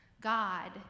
God